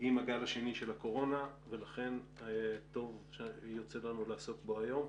עם הגל השני של הקורונה ולכן טוב שיוצא לנו לעסוק בו היום.